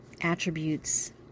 attributes